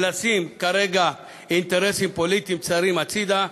ולשים כרגע אינטרסים פוליטיים צרים הצדה,